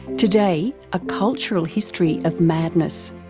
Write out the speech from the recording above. today, a cultural history of madness.